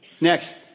Next